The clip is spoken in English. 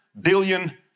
billion